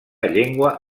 llengua